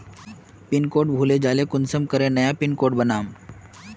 Pin code भूले जाले कुंसम करे नया पिन कोड बनाम?